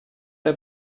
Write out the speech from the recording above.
der